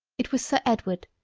it was sir edward,